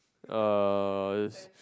uh it's